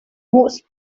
moss